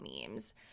memes